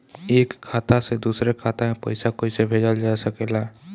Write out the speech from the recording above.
एक खाता से दूसरे खाता मे पइसा कईसे भेजल जा सकेला?